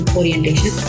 orientation